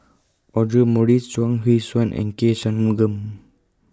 Audra Morrice Chuang Hui Tsuan and K Shanmugam